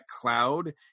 cloud